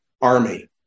army